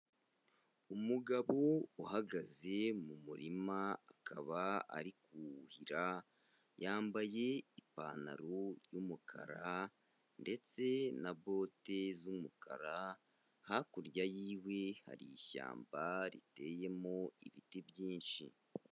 Umugabo uhagaze mu murima akaba ari kuwuhira, yambaye ipantaro y'umukara ndetse na bote z'umukara, hakurya yiwe hari ishyamba riteyemo ibiti byinshi.